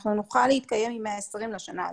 אנחנו נוכל להתקיים עם 120 לשנה הזאת.